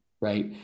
right